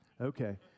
Okay